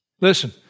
Listen